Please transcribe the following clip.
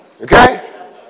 Okay